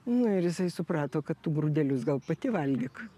nu ir jisai suprato kad tu grūdelius gal pati valgyk